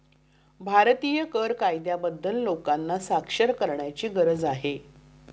भारतीय कर कायद्याबद्दल लोकांना साक्षर करण्याची गरज आहे